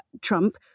Trump